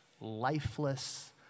lifeless